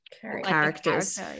characters